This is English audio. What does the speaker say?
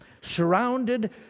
surrounded